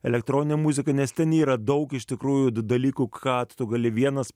elektroninę muziką nes ten yra daug iš tikrųjų dalykų ką tu gali vienas